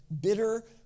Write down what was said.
bitter